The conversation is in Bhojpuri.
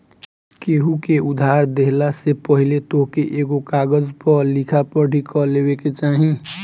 केहू के उधार देहला से पहिले तोहके एगो कागज पअ लिखा पढ़ी कअ लेवे के चाही